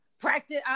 practice